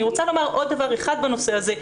אני רוצה לומר עוד דבר בנושא הזה.